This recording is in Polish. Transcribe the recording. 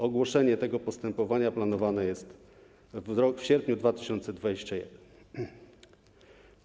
Ogłoszenie tego postępowania planowane jest w sierpniu 2021 r.